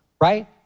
right